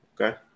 Okay